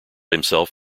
himself